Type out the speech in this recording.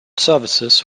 services